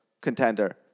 contender